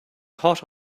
hot